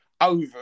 over